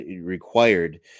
required